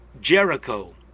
Jericho